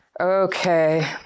Okay